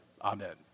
Amen